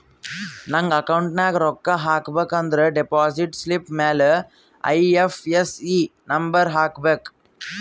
ನಂಗ್ ಅಕೌಂಟ್ಗ್ ರೊಕ್ಕಾ ಹಾಕಬೇಕ ಅಂದುರ್ ಡೆಪೋಸಿಟ್ ಸ್ಲಿಪ್ ಮ್ಯಾಲ ಐ.ಎಫ್.ಎಸ್.ಸಿ ನಂಬರ್ ಹಾಕಬೇಕ